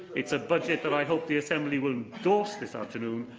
it's a budget that i hope the assembly will endorse this afternoon,